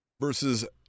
versus